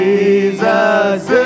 Jesus